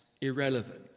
irrelevant